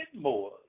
more